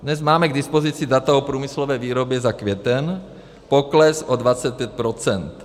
Dnes máme k dispozici data o průmyslové výrobě za květen, pokles o 25 %.